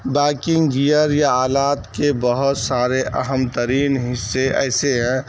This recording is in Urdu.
بائکنگ جیئر یا آلات کے بہت سارے اہم ترین حصے ایسے ہیں